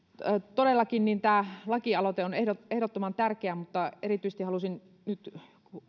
todellakin tämä lakialoite on ehdottoman tärkeä mutta erityisesti halusin nyt